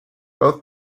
both